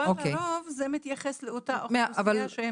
אבל לרוב זה מתייחס לאותה אוכלוסייה.